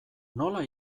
nola